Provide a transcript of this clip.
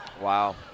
Wow